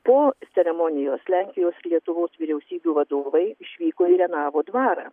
po ceremonijos lenkijos ir lietuvos vyriausybių vadovai išvyko į renavo dvarą